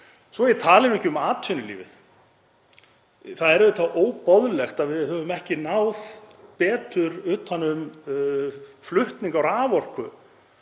svo ég tali nú ekki um atvinnulífið. Það er auðvitað óboðlegt að við höfum ekki náð betur utan um flutning á raforku,